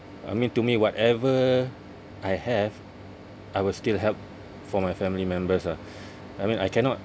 I mean to me whatever I have I will still help for my family members ah I mean I cannot